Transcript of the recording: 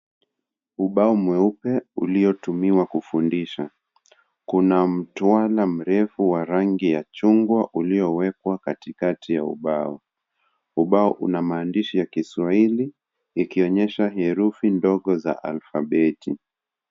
Ubao mweupe, uliotumiwa kufundisha. Kuna mtwana mrefu wa rangi ya chungwa uliowekwa katikati ya ubao. Ubao una maandishi ya Kiswahili, ikionyesha herufi ndogo za alfabeti.